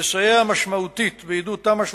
לסייע משמעותית בעידוד תמ"א 38,